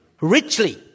richly